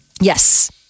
Yes